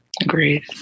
Agreed